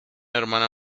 hermana